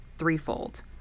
threefold